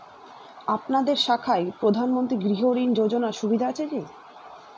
আপনাদের শাখায় প্রধানমন্ত্রী গৃহ ঋণ যোজনার সুবিধা আছে কি?